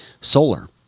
solar